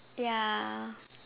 ya